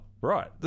right